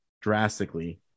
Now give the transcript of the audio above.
drastically